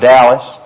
Dallas